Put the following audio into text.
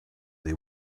they